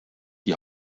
die